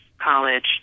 College